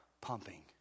pumping